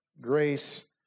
grace